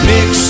Mix